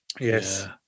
Yes